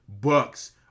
Bucks